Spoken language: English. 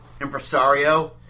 impresario